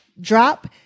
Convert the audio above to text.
Drop